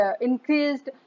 increased